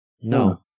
No